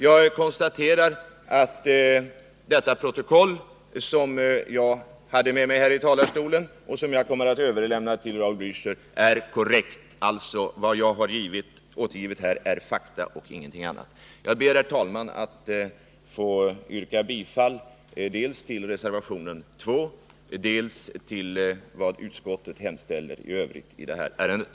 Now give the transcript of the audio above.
Jag konstaterar att det protokoll som jag nu visar upp och som jag kommer att överlämna till Raul Blächer är korrekt. Vad jag har återgivit här är fakta och ingenting annat. Jag ber, herr talman, att få yrka bifall dels till reservation 1, dels i övrigt till vad utskottet hemställer i det här ärendet.